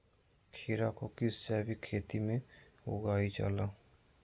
खीरा को किस जैविक खेती में उगाई जाला?